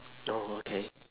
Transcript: oh okay